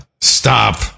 Stop